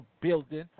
building